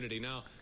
Now